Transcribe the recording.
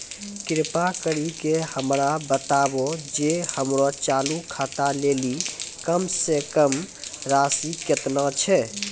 कृपा करि के हमरा बताबो जे हमरो चालू खाता लेली कम से कम राशि केतना छै?